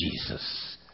Jesus